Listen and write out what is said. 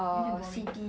有点 boring